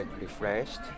refreshed